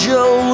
Joe